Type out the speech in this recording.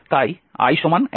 তাই i 1